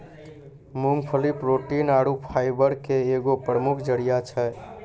मूंगफली प्रोटीन आरु फाइबर के एगो प्रमुख जरिया छै